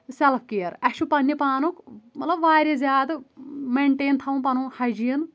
self care اسۍ چھُ پَننہِ پانُک مطلب واریاہ زیادٕ مینٹین تھاوُن پَنُن ہایجیٖن